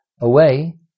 away